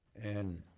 and,